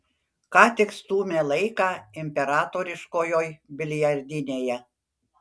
ką tik stūmė laiką imperatoriškojoj biliardinėje